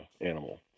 animal